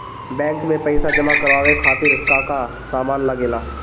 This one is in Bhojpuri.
बैंक में पईसा जमा करवाये खातिर का का सामान लगेला?